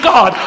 God